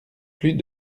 plus